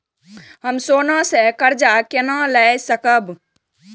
हम सोना से कर्जा केना लाय सकब?